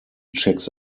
checks